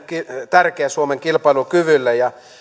tärkeä suomen kilpailukyvylle ja